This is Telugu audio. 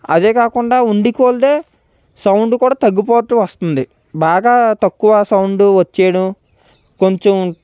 అదే కాకుండా ఉండే కొద్దీ సౌండ్ కూడా తగ్గిపోతూ వస్తుంది బాగా తక్కువ సౌండు వచ్చేయడం కొంచెం